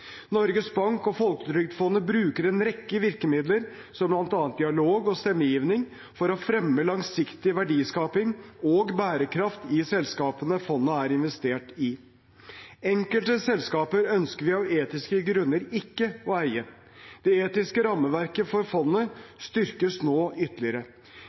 Norges Bank og Folketrygdfondet bruker en rekke virkemidler, som bl.a. dialog og stemmegivning, for å fremme langsiktig verdiskaping og bærekraft i selskapene fondet har investert i. Enkelte selskaper ønsker vi av etiske grunner ikke å eie. Det etiske rammeverket for fondet styrkes nå ytterligere.